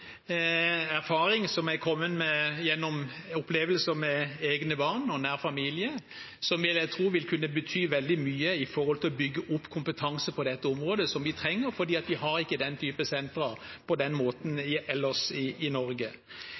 erfaring – erfaring som er kommet gjennom opplevelser med egne barn og nær familie, og som jeg tror vil kunne bety veldig mye for å bygge opp kompetanse vi trenger på dette området, for vi har ikke den typen sentre